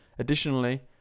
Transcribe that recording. Additionally